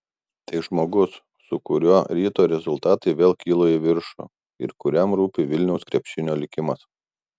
tai žmogus su kuriuo ryto rezultatai vėl kilo į viršų ir kuriam rūpi vilniaus krepšinio likimas